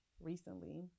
recently